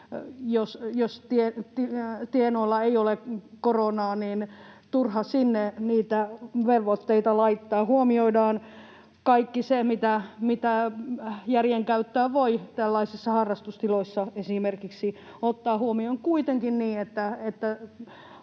jos tienoolla ei ole koronaa, niin turha sinne niitä velvoitteita on laittaa. Huomioidaan kaikki se, mitä järjen käyttöä voi esimerkiksi tällaisissa harrastustiloissa ottaa huomioon, kuitenkin niin, että